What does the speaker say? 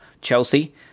Chelsea